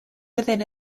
within